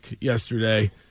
yesterday